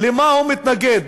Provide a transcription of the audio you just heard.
למה הוא מתנגד,